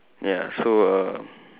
ya so err